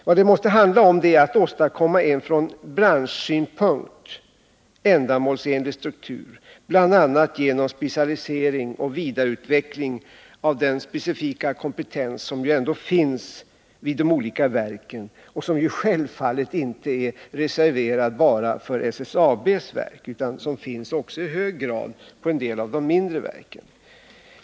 Vad det måste handla om är att åstadkomma en från branschsynpunkt ändamålsenlig struktur, bl.a. genom specialisering och vidareutveckling av den specifika kompetens som ändå finns vid de olika verken och som självfallet inte är reserverad bara för SSAB:s verk utan finns i hög grad också på en del av de mindre verken.